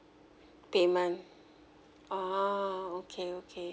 payment orh okay okay